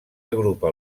agrupa